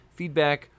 feedback